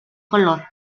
color